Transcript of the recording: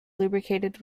lubricated